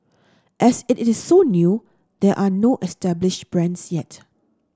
as it is so new there are no established brands yet